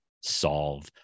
solve